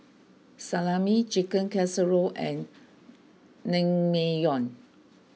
Salami Chicken Casserole and Naengmyeon